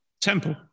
temple